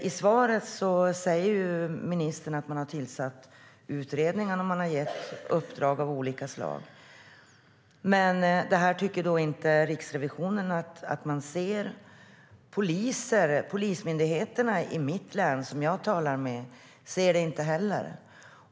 I svaret säger ministern att man har tillsatt utredningar och gett uppdrag av olika slag, men det tycker sig Riksrevisionen inte se. Polismyndigheten i mitt hemlän, som jag talar med, ser det inte heller.